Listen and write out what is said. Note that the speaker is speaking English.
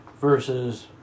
versus